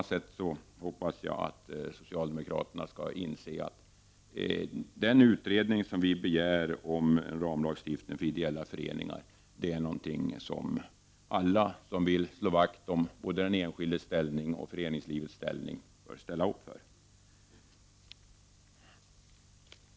På samma sätt hoppas jag att socialdemokraterna skall inse att den utredning som vi begär om en ramlagstiftning för ideella föreningar är någonting som alla som vill slå vakt om både den enskildes ställning och föreningslivets ställning bör ställa upp för.